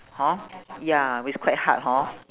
hor ya it's quite hard hor